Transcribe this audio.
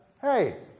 hey